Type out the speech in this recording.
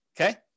okay